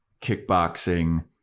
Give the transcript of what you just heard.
kickboxing